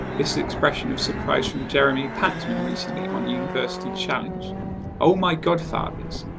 this expression of surprise from jeremy paxman recently on university challenge oh my godfathers.